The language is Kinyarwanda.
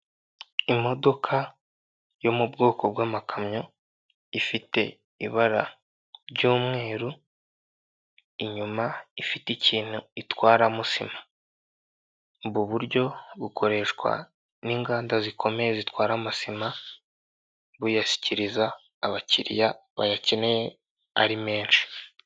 Imodoka yo mu bwoko bw'amakamyo ifite ibara ry'umweru inyuma ifite ikintu itwaramo sima, ubu buryo bukoreshwa n'inganda zikomeye zitwara amasima buyashyikiriza abakiriya bayakeneye ari menshi.